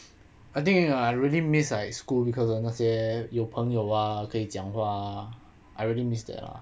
I think ah I really miss like school because of 那些有朋友啊可以讲话 I really miss that lah